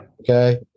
okay